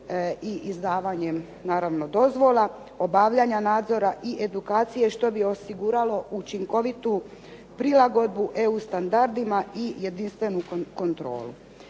i izdavanjem naravno dozvola, obavljanja nadzora i edukacije što bi osiguralo učinkovitu prilagodbu EU standardima i jedinstvenu kontrolu.